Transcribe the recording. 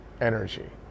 energy